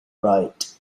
wright